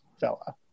fella